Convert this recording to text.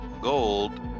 gold